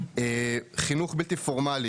חינוך בלתי פורמלי